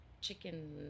chicken